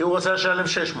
כי הוא רוצה לשלם 600 שקל...